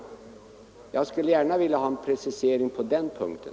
Jag skulle gärna vilja ha en precisering på den punkten.